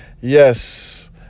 yes